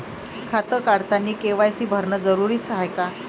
खातं काढतानी के.वाय.सी भरनं जरुरीच हाय का?